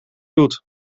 doet